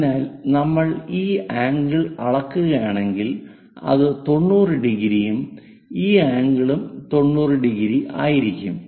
അതിനാൽ നമ്മൾ ഈ ആംഗിൾ അളക്കുകയാണെങ്കിൽ അത് 90 ഡിഗ്രിയും ഈ ആംഗിളും 90 ഡിഗ്രി ആയിരിക്കും